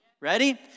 Ready